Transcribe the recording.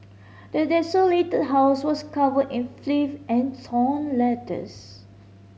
the desolated house was covered in filth and torn letters